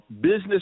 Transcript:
business